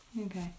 Okay